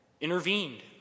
intervened